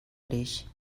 greix